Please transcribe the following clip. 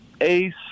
ACE